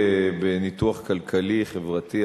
בניתוח כלכלי-חברתי,